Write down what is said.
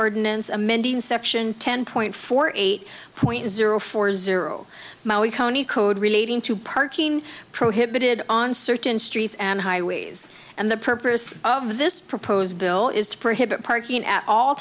ordinance amending section ten point four eight point zero four zero code relating to parking prohibited on certain streets and highways and the purpose of this proposed bill is to prohibit parking at all